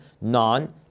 non